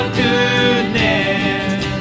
goodness